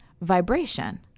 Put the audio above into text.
vibration